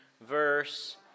verse